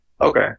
Okay